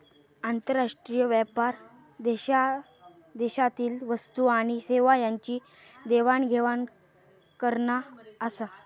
आंतरराष्ट्रीय व्यापार देशादेशातील वस्तू आणि सेवा यांची देवाण घेवाण करना आसा